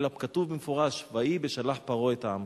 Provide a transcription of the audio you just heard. אלא כתוב במפורש: "ויהי בשלח פרעה את העם".